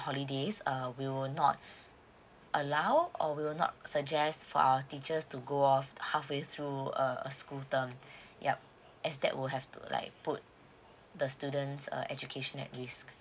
holidays uh we will not allow or we will not suggest for our teachers to go off halfway through a a school term yup as that will have to like put the students uh education at risk